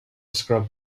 scrub